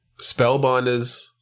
spellbinders